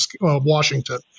Washington